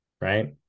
right